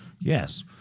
Yes